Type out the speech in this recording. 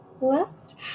list